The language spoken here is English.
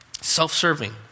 self-serving